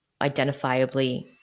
identifiably